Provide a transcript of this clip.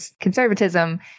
conservatism